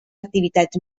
activitats